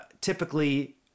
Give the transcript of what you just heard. typically